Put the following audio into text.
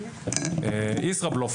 אין מחלוקת על הצורך בחינוך,